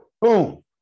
boom